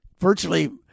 Virtually